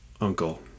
Uncle